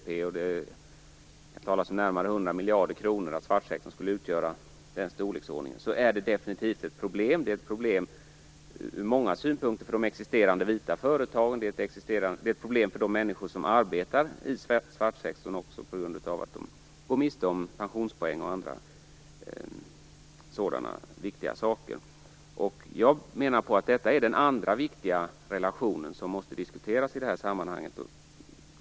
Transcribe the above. Det talas om att svartsektorn skulle utgöra 5 % av BNP och närmare 100 miljarder kronor. Det är ett problem ur många synpunkter för de existerande vita företagen och de människor som arbetar i svartsektorn så till vida att de går miste om pensionspoäng och andra sådana viktiga saker. Detta är den andra viktiga relation som måste diskuteras i det här sammanhanget.